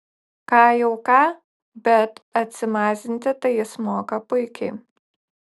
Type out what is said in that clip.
ką jau ką bet atsimazinti tai jis moka puikiai